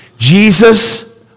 Jesus